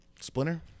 splinter